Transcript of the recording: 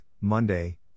Monday